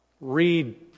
read